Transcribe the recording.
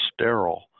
sterile